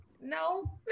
No